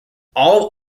all